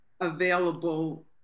available